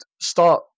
start